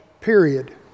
period